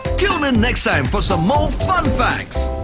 tune in next time for so more fun facts.